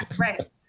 right